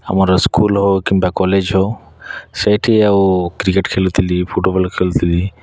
ଆମର ସ୍କୁଲ ହଉ କିମ୍ବା କଲେଜ ହଉ ସେଇଠି ଆଉ କ୍ରିକେଟ ଖେଳୁଥିଲି ଫୁଟବଲ ଖେଳୁଥିଲି